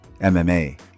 MMA